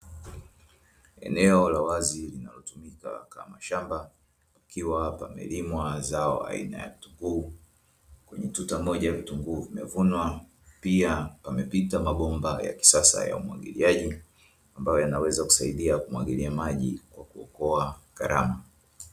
Eneo la wazi linalotumika kama shamba pakiwa pamelimwa zao aina ya vitunguu, kwenye tuta moja vitunguu vimevunwa pia pamepita mabomba ya kisasa ya umwagiliaji ambayo yanaweza kusaidia kumwagilia maji kwa kuokoa gharama.